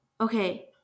okay